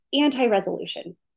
anti-resolution